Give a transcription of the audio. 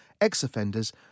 ex-offenders